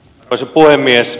arvoisa puhemies